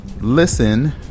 listen